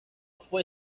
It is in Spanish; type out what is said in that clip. fue